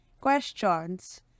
questions